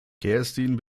kerstin